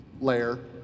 layer